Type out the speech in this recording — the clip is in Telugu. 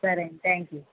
సరేనండి థ్యాంక్యూ